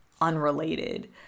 unrelated